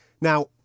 Now